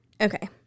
Okay